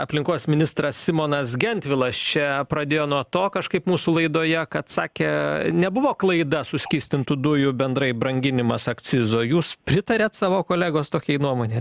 aplinkos ministras simonas gentvilas čia pradėjo nuo to kažkaip mūsų laidoje kad sakė nebuvo klaida suskystintų dujų bendrai branginimas akcizo jūs pritariat savo kolegos tokiai nuomonei